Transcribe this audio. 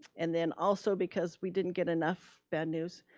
and then also because we didn't get enough bad news,